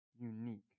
unique